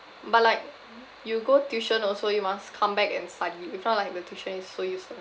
but like you go tuition also you must come back and study if not like the tuition is so useless